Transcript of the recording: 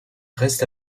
reste